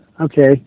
okay